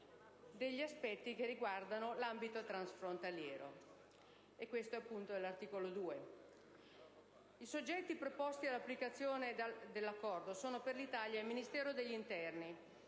degli aspetti che riguardano l'ambito transfrontaliero (articolo 2). I soggetti preposti all'applicazione dell'Accordo sono, per l'Italia, il Ministero dell'interno,